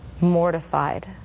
mortified